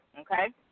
okay